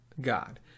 God